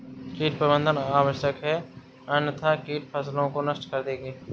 कीट प्रबंधन आवश्यक है अन्यथा कीट फसलों को नष्ट कर देंगे